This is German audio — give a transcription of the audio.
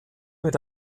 mit